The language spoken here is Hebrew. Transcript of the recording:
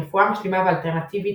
רפואה משלימה ואלטרנטיבית,